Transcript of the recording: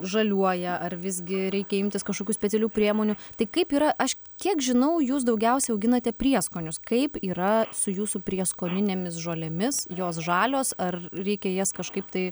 žaliuoja ar visgi reikia imtis kažkokių specialių priemonių tai kaip yra aš kiek žinau jūs daugiausiai auginate prieskonius kaip yra su jūsų prieskoninėmis žolėmis jos žalios ar reikia jas kažkaip tai